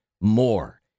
More